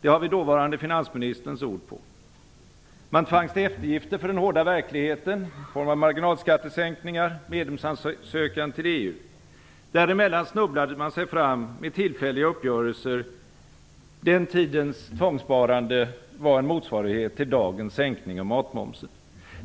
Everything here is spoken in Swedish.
Det har vi dåvarande finansministerns ord på. Man tvangs till eftergifter för den hårda verkligheten i form av marginalskattesänkningar och medlemsansökan till EU. Däremellan snubblade man sig fram med tillfälliga uppgörelser. Den tidens tvångssparande var en motsvarighet till dagens sänkning av matmomsen.